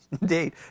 indeed